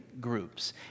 groups